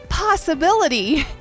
Possibility